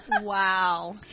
Wow